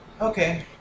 Okay